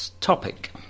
topic